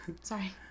Sorry